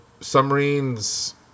submarines